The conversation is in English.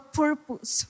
purpose